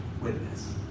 witness